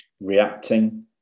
reacting